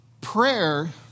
Prayer